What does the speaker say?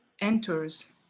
enters